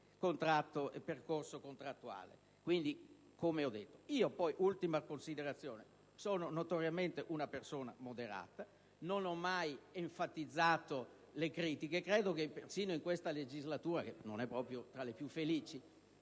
e percorso contrattuale.